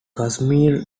casimir